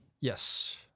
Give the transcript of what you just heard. Yes